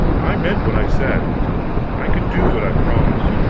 i meant what i said i could do what i promised.